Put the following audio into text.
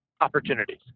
opportunities